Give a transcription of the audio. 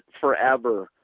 forever